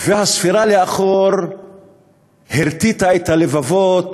והספירה לאחור הרטיטה את הלבבות,